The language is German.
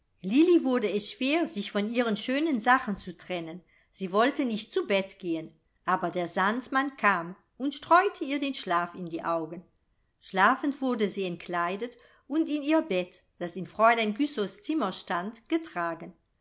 lilli wurde es schwer sich von ihren schönen sachen zu trennen sie wollte nicht zu bett gehen aber der sandmann kam und streute ihr den schlaf in die augen schlafend wurde sie entkleidet und in ihr bett das in fräulein güssows zimmer stand getragen